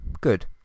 Good